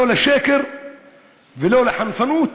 לא לשקר ולא לחנפנות